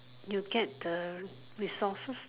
you get the resources